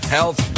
Health